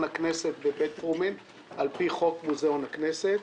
הכנסת בבית פרומין על פי חוק מוזיאון הכנסת.